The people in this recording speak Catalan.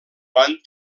van